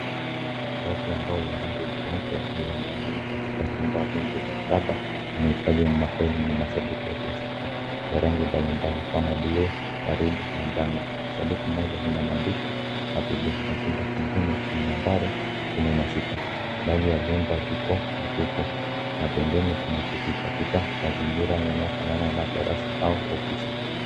Rafu ambayo ya rangi jeupe, iliyogawanywa katika vyumba vingi vya mraba na masanduku ya plastiki ya rangi mbalimbali kama, bluu, waridi na njano. Sanduku moja lina maandishi happy day na chumba kingine kina nambari kumi na sita. Baadhi ya vyumba viko vitupu na pembeni kuna kiti katika mazingira yanayofanana na darasa au kwa ofisi.